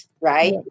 right